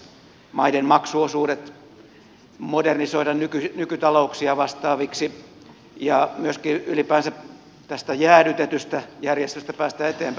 siellä pitäisi maiden maksuosuudet modernisoida nykyta louksia vastaaviksi ja myöskin ylipäänsä tästä jäädytetystä järjestelystä päästä eteenpäin